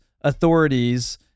authorities